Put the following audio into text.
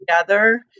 together